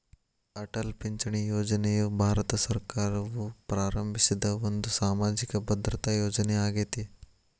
ಅಟಲ್ ಪಿಂಚಣಿ ಯೋಜನೆಯು ಭಾರತ ಸರ್ಕಾರವು ಪ್ರಾರಂಭಿಸಿದ ಒಂದು ಸಾಮಾಜಿಕ ಭದ್ರತಾ ಯೋಜನೆ ಆಗೇತಿ